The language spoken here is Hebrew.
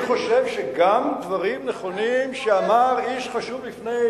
אני חושב שדברים נכונים שאמר איש חשוב לפני